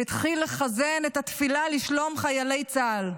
התחיל לחזן את התפילה לשלום חיילי צה"ל.